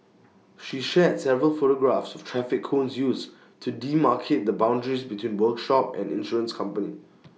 she shared several photographs of traffic cones used to demarcate the boundaries between workshop and insurance company